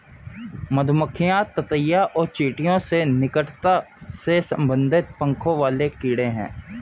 मधुमक्खियां ततैया और चींटियों से निकटता से संबंधित पंखों वाले कीड़े हैं